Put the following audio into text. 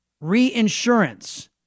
Reinsurance